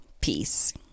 peace